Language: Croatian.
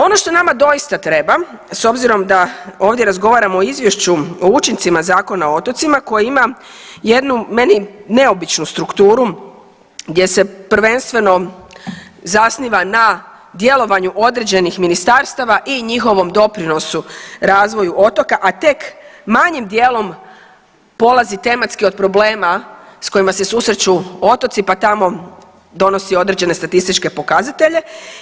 Ono što nama doista treba s obzirom da ovdje razgovaramo o izvješću o učincima Zakona o otocima koji ima jednu meni neobičnu strukturu gdje se prvenstveno zasniva na djelovanju određenih ministarstava i njihovom doprinosu razvoju otoka, a tek manjim dijelom polazi tematski od problema sa kojima se susreću otoci, pa tamo donosi određene statističke pokazatelje.